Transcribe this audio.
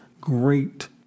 great